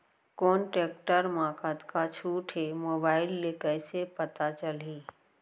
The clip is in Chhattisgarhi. कोन टेकटर म कतका छूट हे, मोबाईल ले कइसे पता चलही?